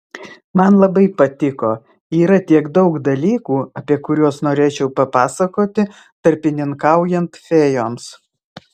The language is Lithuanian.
man labai patiko yra tiek daug dalykų apie kuriuos norėčiau papasakoti tarpininkaujant fėjoms